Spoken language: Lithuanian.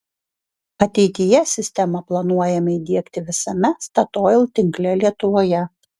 ateityje sistemą planuojama įdiegti visame statoil tinkle lietuvoje